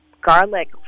garlic